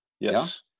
Yes